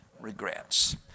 regrets